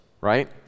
right